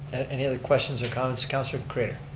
any other questions or comments? councilor craitor.